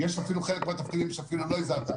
יש חלק מהתפקידים שאפילו לא הזכרת.